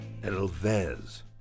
Elvez